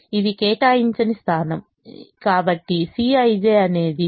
ఇది కేటాయించని స్థానం ఇది కేటాయించని స్థానం